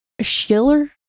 Schiller